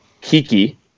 Kiki